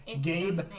Gabe